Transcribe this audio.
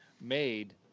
made